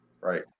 right